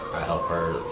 i help her.